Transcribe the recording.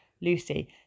Lucy